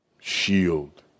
shield